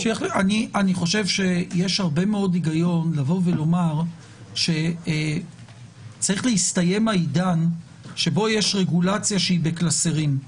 יש הרבה מאוד היגיון לומר שצריך להסתיים העידן שבו יש רגולציה בקלסרים.